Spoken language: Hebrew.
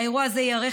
האירוע הזה ייערך,